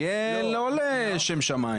יהיה לא שם שמיים.